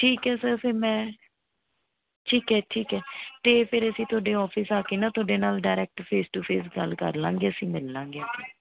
ਠੀਕ ਹੈ ਸਰ ਫਿਰ ਮੈਂ ਠੀਕ ਹੈ ਠੀਕ ਹੈ ਅਤੇ ਫਿਰ ਅਸੀਂ ਤੁਹਾਡੇ ਔਫਿਸ ਆ ਕੇ ਨਾ ਤੁਹਾਡੇ ਨਾਲ ਡਰੈਕਟ ਫੇਸ ਟੂ ਫੇਸ ਗੱਲ ਕਰ ਲਾਂਗੇ ਅਸੀਂ ਮਿਲ ਲਾਂਗੇ